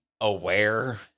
aware